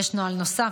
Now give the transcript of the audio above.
יש נוהל נוסף,